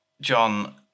John